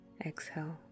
Exhale